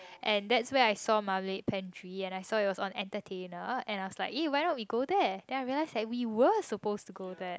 and that's where I saw Marmalade Pantry and I saw it was on Entertainer and I was like eh why not we go there then I realised that we were suppose to go there